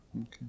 Okay